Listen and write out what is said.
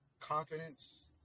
confidence